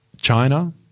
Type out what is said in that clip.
China